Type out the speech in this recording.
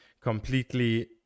completely